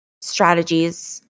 strategies